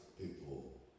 people